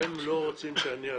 אתם לא רוצים שאני אעביר,